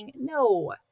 No